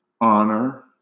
honor